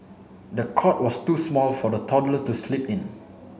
the cot was too small for the toddler to sleep in